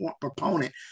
proponent